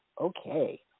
Okay